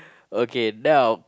okay now